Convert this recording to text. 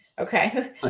Okay